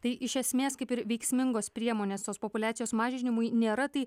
tai iš esmės kaip ir veiksmingos priemonės tos populiacijos mažinimui nėra tai